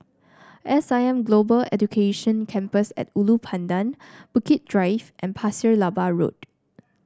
S I M Global Education Campus at Ulu Pandan Bukit Drive and Pasir Laba Road